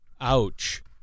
Ouch